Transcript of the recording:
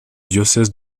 diocèse